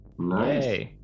nice